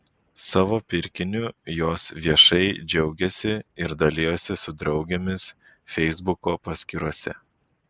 savo pirkiniu jos viešai džiaugėsi ir dalijosi su draugėmis feisbuko paskyrose